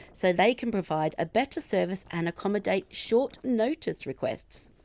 so they can provide a better service and accommodate short notice requests.